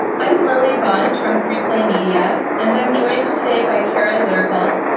i'm lily bond from three play media, and i'm joined today by kara zirkle,